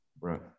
Right